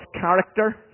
character